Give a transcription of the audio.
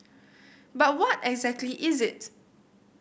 but what exactly is it